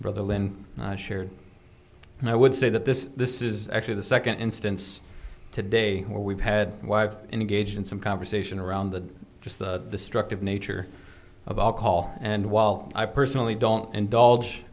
and i shared and i would say that this this is actually the second instance today where we've had why i've engaged in some conversation around the just the destructive nature of alcohol and while i personally don't indulge